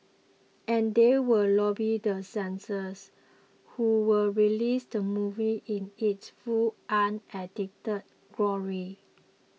and they will lobby the censors who will release the movie in its full unedited glory